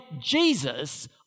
Jesus